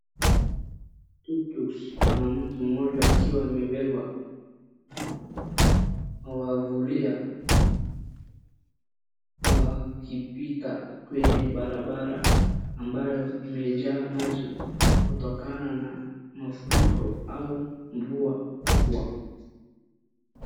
Tuktuks na mtu mmoja akiwa amebeba mwavulia wakipita kwenye barabara ambayo imejaa maji kutokana na mafuriko au mvua kubwa